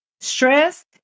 Stress